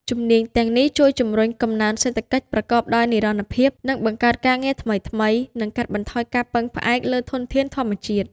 ជំនាញទាំងនេះជួយជំរុញកំណើនសេដ្ឋកិច្ចប្រកបដោយនិរន្តរភាព ដោយបង្កើតការងារថ្មីៗ និងកាត់បន្ថយការពឹងផ្អែកលើធនធានធម្មជាតិ។